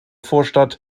vorstadt